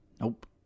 nope